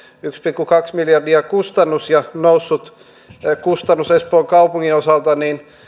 yksi pilkku kaksi miljardia on kustannus ja kustannus on noussut espoon kaupungin osalta